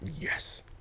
Yes